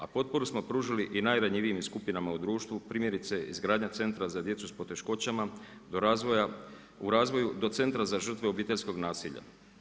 A potporu smo pružili i najranjivijim skupinama u društvu, primjerice izgradnja centra za djecu s poteškoćama do razvoja, u razvoju, do centra za žrtve obiteljskog nasilja.